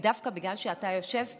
דווקא בגלל שאתה יושב פה,